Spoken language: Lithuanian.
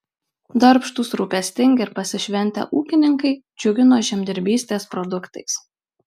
darbštūs rūpestingi ir pasišventę ūkininkai džiugino žemdirbystės produktais